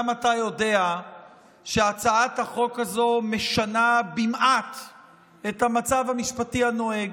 גם אתה יודע שהצעת החוק הזאת משנה במעט את המצב המשפטי הנוהג,